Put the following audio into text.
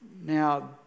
Now